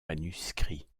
manuscrits